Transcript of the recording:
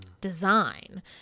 design